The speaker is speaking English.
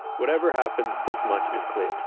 whatever happened, this much is clear.